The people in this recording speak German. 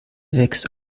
wächst